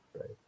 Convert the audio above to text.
right